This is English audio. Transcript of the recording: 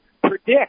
predict